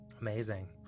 amazing